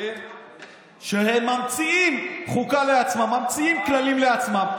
שהם ממציאים חוקה לעצמם, ממציאים כללים לעצמם.